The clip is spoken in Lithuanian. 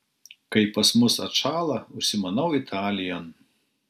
kai pas mus atšąla užsimanau italijon